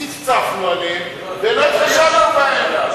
צפצפנו עליהם ולא התחשבנו בהם.